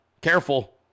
Careful